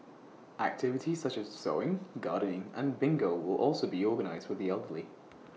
activities such as sewing gardening and bingo will also be organised for the elderly